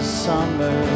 summer